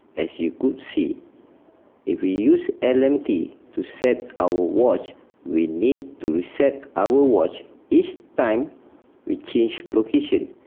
as you could see if we used lmt to set our watch we need to reset our watch each time we change location.